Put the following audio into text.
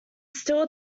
still